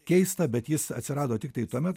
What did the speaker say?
keista bet jis atsirado tiktai tuomet